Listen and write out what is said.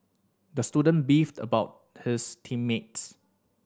the student beefed about his team mates